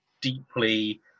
deeply